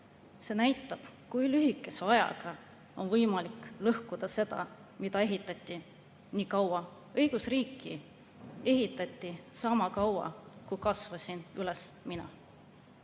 See näitab, kui lühikese ajaga on võimalik lõhkuda seda, mida ehitati nii kaua. Õigusriiki ehitati sama kaua, kui kasvasin üles mina.